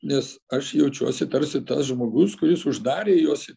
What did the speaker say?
nes aš jaučiuosi tarsi tas žmogus kuris uždarė juos į